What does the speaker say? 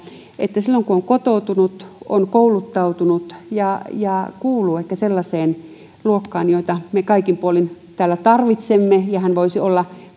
silloin kun on kotoutunut on kouluttautunut ja ja kuuluu ehkä sellaiseen luokkaan jota me kaikin puolin täällä tarvitsemme ja voisi